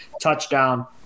touchdown